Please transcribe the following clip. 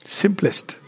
simplest